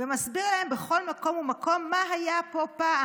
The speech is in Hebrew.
ומסביר להם בכל מקום ומקום מה היה פה פעם,